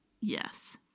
Yes